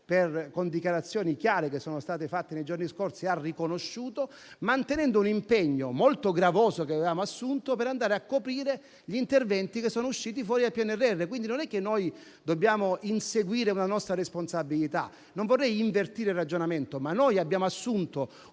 con dichiarazioni chiare che sono state fatte nei giorni scorsi, mantenendo un impegno molto gravoso che avevamo assunto per coprire gli interventi fuoriusciti dal PNRR. Noi non dobbiamo quindi inseguire una nostra responsabilità. Non vorrei invertire il ragionamento, ma noi abbiamo assunto